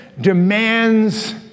demands